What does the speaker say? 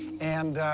and